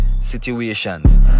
situations